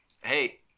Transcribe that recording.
Hey